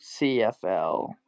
CFL